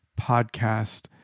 podcast